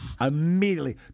Immediately